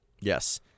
Yes